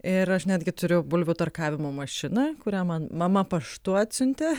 ir aš netgi turiu bulvių tarkavimo mašiną kurią man mama paštu atsiuntė